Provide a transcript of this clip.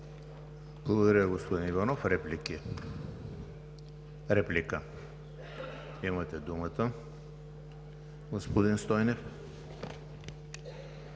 Благодаря, господин Иванов. Реплики? Имате думата, господин Стойнев.